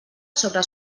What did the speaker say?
sobre